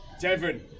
Devon